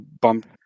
bumped